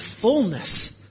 fullness